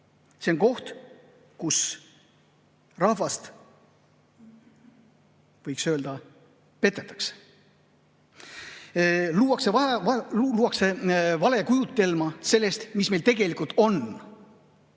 See on koht, kus rahvast, võiks öelda, petetakse, luuakse valekujutelma sellest, mis meil tegelikult on.